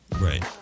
Right